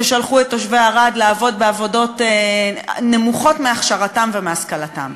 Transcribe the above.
ששם שלחו את תושבי ערד לעבוד בעבודות נמוכות מהכשרתם ומהשכלתם.